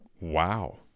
Wow